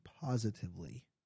positively